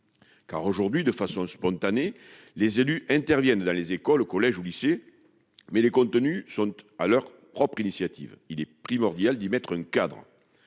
Car aujourd'hui de façon spontanée. Les élus interviennent dans les écoles, collèges ou lycées. Mais les contenus sont à leur propre initiative, il est primordial d'y mettre un cadre.